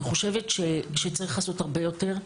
אני חושבת שצריך לעשות הרבה יותר,